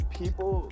people